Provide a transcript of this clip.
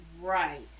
Right